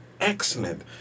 excellent